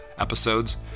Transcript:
Episodes